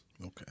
Okay